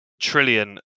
trillion